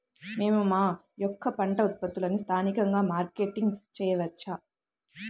మేము మా యొక్క పంట ఉత్పత్తులని స్థానికంగా మార్కెటింగ్ చేయవచ్చా?